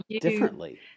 differently